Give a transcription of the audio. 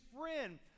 friend